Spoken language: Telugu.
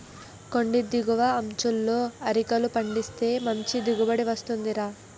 కొండి దిగువ అంచులలో అరికలు పండిస్తే మంచి దిగుబడి వస్తుందిరా